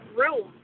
room